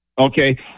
Okay